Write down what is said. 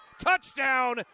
Touchdown